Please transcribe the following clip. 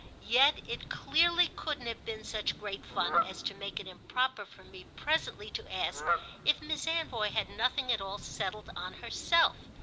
yet it clearly couldn't have been such great fun as to make it improper for me presently to ask if miss anvoy had nothing at all settled on herself.